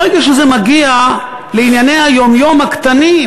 ברגע שזה מגיע לענייני היום-יום הקטנים,